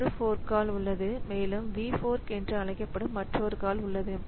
ஒரு fork call உள்ளது மேலும் vfork என்று அழைக்கப்படும் மற்றொரு கால் உள்ளது